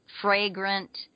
fragrant